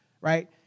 right